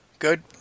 good